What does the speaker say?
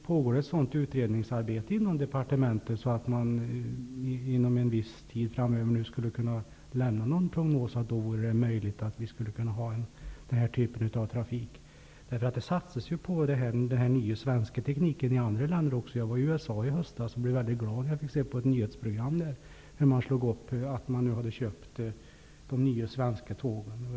Herr talman! Pågår ett utredningsarbete inom departementet som gör att det går att inom en viss tid lämna en prognos över möjligheter till den här typen av trafik? När det gäller den nya svenska tekniken på detta område görs ju satsningar också i andra länder. I höstas var jag i USA, och jag blev mycket glad när man i ett nyhetsprogram slog upp nyheten att nya svenska tåg hade köpts in.